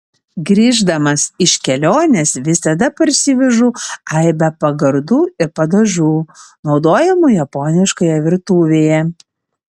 grįždamas iš kelionės visada parsivežu aibę pagardų ir padažų naudojamų japoniškoje virtuvėje